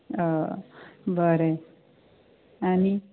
हय बरें आनी